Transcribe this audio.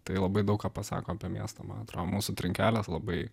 tai labai daug ką pasako apie miestą man atrodo mūsų trinkelės labai